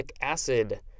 acid